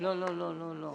לא לא, בטוח?